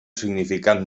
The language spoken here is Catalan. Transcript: significat